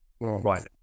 right